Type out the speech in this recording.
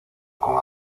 con